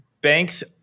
banks